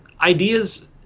Ideas